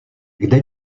kde